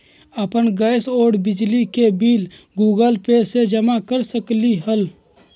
अपन गैस और बिजली के बिल गूगल पे से जमा कर सकलीहल?